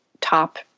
top